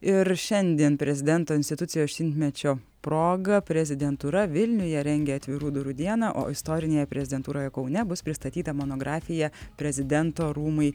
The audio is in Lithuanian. ir šiandien prezidento institucijos šimtmečio proga prezidentūra vilniuje rengia atvirų durų dieną o istorinėje prezidentūroje kaune bus pristatyta monografija prezidento rūmai